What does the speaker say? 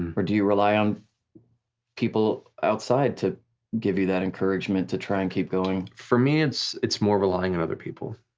or do you rely on people outside to give you that encouragement to try and keep going? for me it's it's more relying on other people.